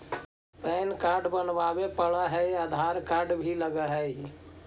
Pan card बनावे पडय है आधार कार्ड भी लगहै?